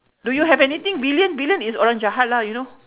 do you have anything villain villain is orang jahat lah you know